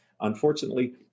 Unfortunately